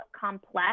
complex